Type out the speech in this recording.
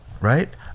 right